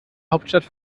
hauptstadt